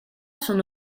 son